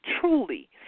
truly